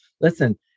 Listen